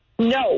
No